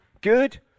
good